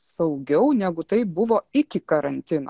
saugiau negu tai buvo iki karantino